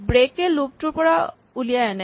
brake এ loop টোৰ পৰা উলিয়াই আনে